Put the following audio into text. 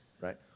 right